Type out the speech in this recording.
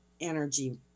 energy